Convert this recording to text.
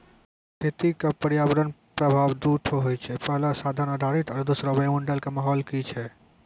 खेती क पर्यावरणीय प्रभाव दू ठो होय छै, पहलो साधन आधारित आरु दोसरो वायुमंडल कॅ माहौल की छै